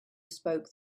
spoke